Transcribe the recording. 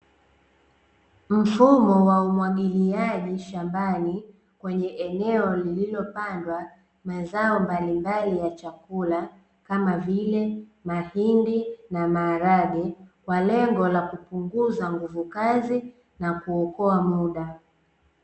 Mfumo wa umwagiliaji shambani kwenye eneo lililopandwa mazao mbalimbali ya chakula, kama vile mahindi na maharage, kwa lengo la kupunguza nguvu kazi, na kuokoa muda.